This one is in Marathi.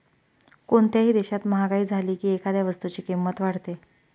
कोणत्याही देशात महागाई झाली की एखाद्या वस्तूची किंमत वाढते